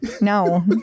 No